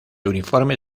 uniforme